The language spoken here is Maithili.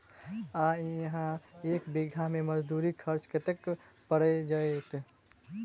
आ इहा एक बीघा मे मजदूरी खर्च कतेक पएर जेतय?